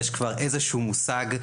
יש כבר איזשהו מושג,